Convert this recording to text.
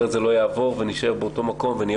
אחרת זה לא יעבור ונישאר באותו מקום ונהיה